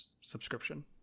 subscription